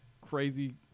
crazy